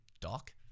doc